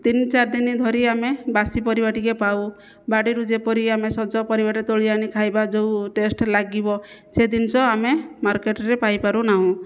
ତିନି ଚାରି ଦିନ ଧରି ଆମେ ବାସି ପରିବା ଟିକିଏ ପାଉ ବାଡ଼ିରୁ ଯେପରି ଆମେ ସଜ ପରିବାଟା ତୋଳି ଆଣି ଖାଇବା ଯେଉଁ ଟେଷ୍ଟ ଲାଗିବ ସେ ଜିନିଷ ଆମେ ମାର୍କେଟ୍ରେ ପାଇପାରୁନାହୁଁ